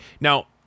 Now